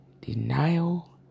denial